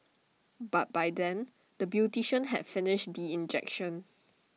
but by then the beautician have finished the injection